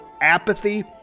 apathy